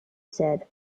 said